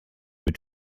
mit